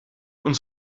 uns